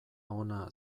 ona